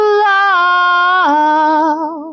love